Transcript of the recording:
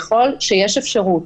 ככול שיש אפשרות,